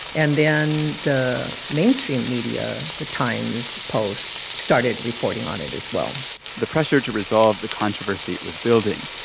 and then the mainstream media the times, post started reporting on it as well the pressure to resolve the controversy was building.